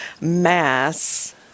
mass